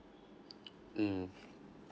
mm